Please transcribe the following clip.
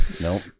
Nope